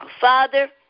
Father